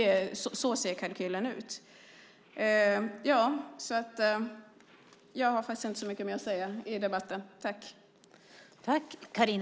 Så ser kalkylen ut. Jag har inte så mycket mer att säga i debatten.